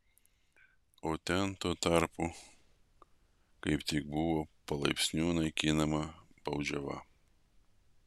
o ten tuo tarpu kaip tik buvo palaipsniui naikinama baudžiava